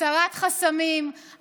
הסרת חסמים,